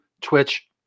Twitch